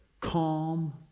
calm